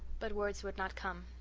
but words would not come,